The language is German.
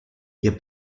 ihr